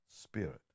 spirit